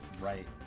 right